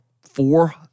four